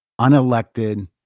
unelected